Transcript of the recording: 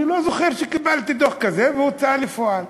אני לא זוכר שקיבלתי דוח כזה והוצאה לפועל.